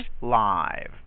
live